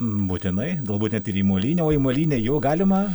būtinai galbūt net ir į molynę o į molynę jau galima